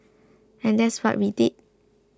and that's what we did